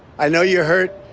i know your hurt.